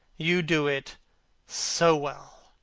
you do it so well,